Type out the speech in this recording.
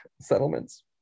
settlements